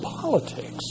politics